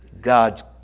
God's